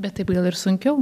bet taip gal ir sunkiau